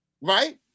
right